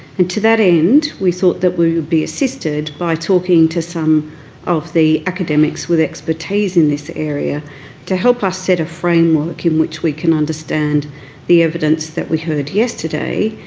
and to that end we thought that we would be assisted by talking to some of the academics with expertise in this area to help us set a framework in which we can understand the evidence that we heard yesterday,